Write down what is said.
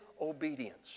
obedience